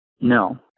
No